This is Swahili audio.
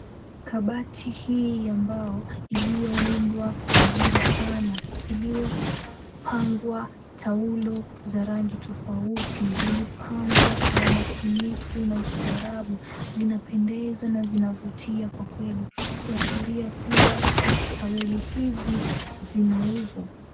Kabati hii ya mbao iliyoundwa vizuri sana iliyopangwa taulo za rangi tofauti zimepangwa kwa umakinifu na ustaarabu zinapendeza na zinavutia kwa kweli kuashiria kua taweli hizi zinauzwa.